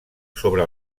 sobre